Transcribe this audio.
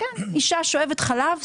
אשה שואבת חלב.